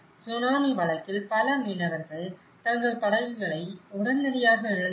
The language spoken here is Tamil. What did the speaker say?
சுனாமி வழக்கில் பல மீனவர்கள் தங்கள் படகுகளை உடனடியாக இழந்தனர்